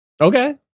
Okay